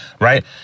right